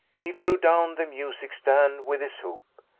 he threw down the music-stand with his hoop.